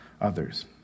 others